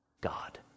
God